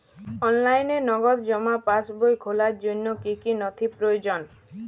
অনলাইনে নগদ জমা পাসবই খোলার জন্য কী কী নথি প্রয়োজন?